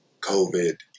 COVID